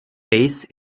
base